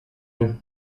nie